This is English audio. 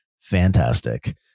Fantastic